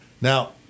Now